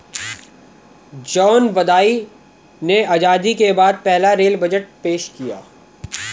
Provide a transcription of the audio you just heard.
John Mathai ने आजादी के बाद पहला रेल बजट पेश किया